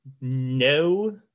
no